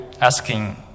asking